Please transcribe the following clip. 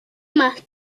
más